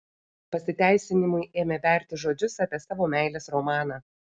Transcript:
pasiteisinimui ėmė berti žodžius apie savo meilės romaną